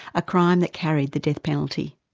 a crime that carried the death penalty.